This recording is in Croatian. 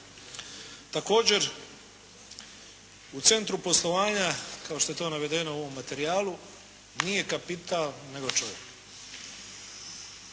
Također, u centru poslovanja, kao što je to navedeno u ovom materijalu nije kapital nego čovjek.